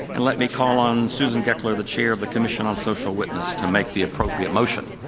and let me call on susan goekler, the chair of the commission on social witness, to make the appropriate motion.